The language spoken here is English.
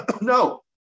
no